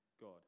God